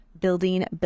building